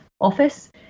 office